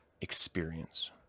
experience